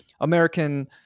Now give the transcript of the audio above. American